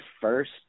first